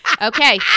Okay